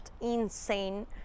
insane